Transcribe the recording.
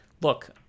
look